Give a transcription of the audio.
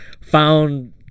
found